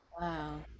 Wow